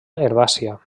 herbàcia